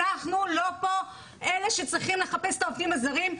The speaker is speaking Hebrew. אנחנו לא פה אלה שצריכים לחפש את העובדים הזרים.